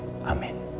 Amen